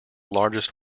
largest